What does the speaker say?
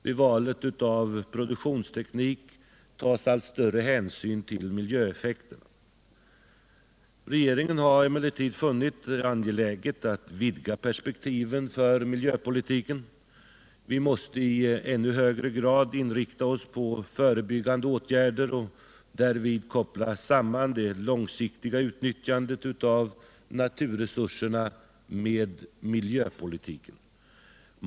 Vid valet av produktionsteknik tas allt större hänsyn till miljöeffekterna. Regeringen har emellertid funnit det angeläget att vidga perspektiven för miljöpolitiken. Vi måste i ännu högre grad inrikta oss på förebyggande åtgärder och därvid koppla samman det långsiktiga utnyttjandet av naturresurserna med miljöpolitiken.